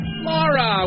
Laura